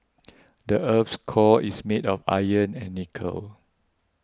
the earth's core is made of iron and nickel